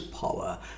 power